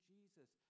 Jesus